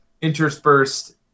interspersed